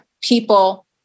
people